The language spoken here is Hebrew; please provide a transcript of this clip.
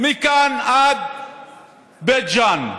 מכאן עד בית ג'ן,